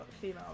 female